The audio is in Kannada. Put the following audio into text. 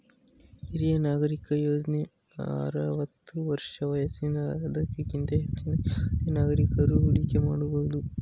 ಹಿರಿಯ ನಾಗರಿಕ ಯೋಜ್ನ ಆರವತ್ತು ವರ್ಷ ವಯಸ್ಸಿನ ಅದಕ್ಕಿಂತ ಹೆಚ್ಚಿನ ಯಾವುದೆ ನಾಗರಿಕಕರು ಹೂಡಿಕೆ ಮಾಡಬಹುದು